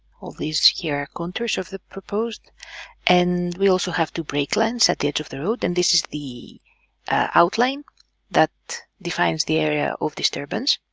all these here are contours of the proposed and we also have two break-lines at the edge of the road and this is the outline that defines the area of disturbance.